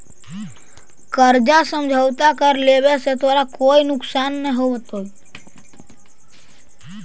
कर्जा समझौता कर लेवे से तोरा कोई नुकसान न होतवऽ